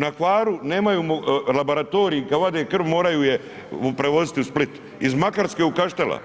Na Hvaru nemaju laboratorij kad vade krv moraju je prevoziti u Split, iz Makarske iz Kaštela